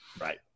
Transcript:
Right